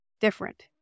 different